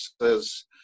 says